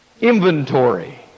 inventory